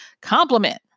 compliment